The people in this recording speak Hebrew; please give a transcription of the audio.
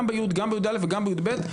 ב-י"א וגם ב-י"ב.